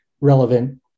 relevant